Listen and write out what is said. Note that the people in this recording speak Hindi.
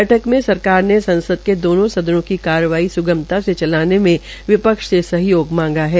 बैठक में सरकार ने संसद के दोनों सदनों की कार्रवाई स्गमता से चलाने में विपक्ष से सहयोग मांगा है